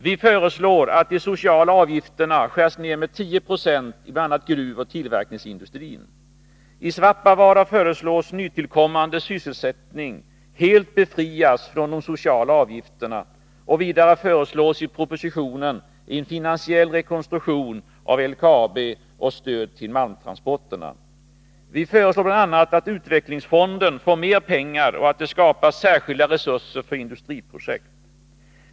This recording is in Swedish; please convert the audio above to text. Vi föreslår att de sociala avgifterna skärs ner med 10 96 i bl.a. gruvoch tillverkningsindustrin. I Svappavaara föreslås nytillkommande sysselsättning helt befrias från de sociala avgifterna. Vidare föreslås i propositionen en finansiell rekonstruktion av LKAB och stöd till malmtransporterna. Vi föreslår bl.a. att utvecklingsfonden får mer pengar och att det skapas särskilda resurser för industriprojekt.